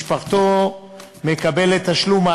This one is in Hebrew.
משפחתו מקבלת תשלום.